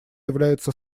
является